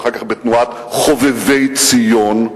ואחר כך בתנועת "חובבי ציון",